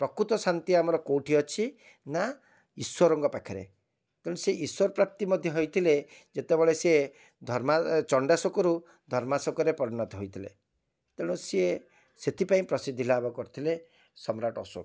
ପ୍ରକୃତ ଶାନ୍ତି ଆମର କୋଉଠି ଅଛି ନା ଈଶ୍ଵରଙ୍କ ପାଖରେ ତେଣୁ ସେ ଇଶ୍ଵର ପ୍ରାପ୍ତି ମଧ୍ୟ ହେଇଥିଲେ ଯେତେବେଳେ ସିଏ ଧର୍ମା ଇଏ ଚଣ୍ଡାଶୋକରୁ ଧର୍ମାଶୋକରେ ପରିଣତ ହୋଇଥିଲେ ତେଣୁ ସିଏ ସେଥିପାଇଁ ପ୍ରସିଦ୍ଧି ଲାଭ କରିଥିଲେ ସମ୍ରାଟ ଅଶୋକ